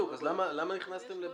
בדיוק, אז למה הכנסתם ל-(ב)?